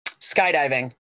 skydiving